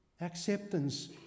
acceptance